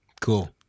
Cool